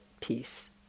peace